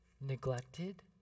neglected